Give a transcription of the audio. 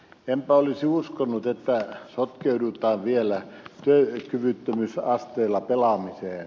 enpä olisi uskonut että sotkeudutaan vielä työkyvyttömyysasteella pelaamiseen